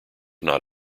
not